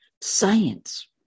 science